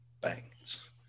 bangs